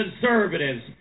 conservatives